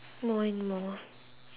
more and more